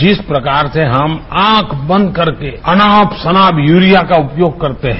जिस प्रकार से हम आंख बंद करके अनाप शनाप यूरिया का उपयोग करते हैं